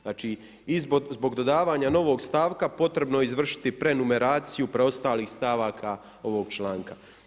Znači i zbog dodavanja novog stavka potrebno je izvršiti prenumeraciju preostalih stavaka ovog članka.